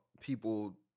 people